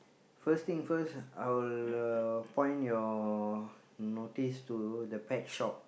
first thing first I will uh point your notice to the pet shop